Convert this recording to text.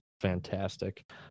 fantastic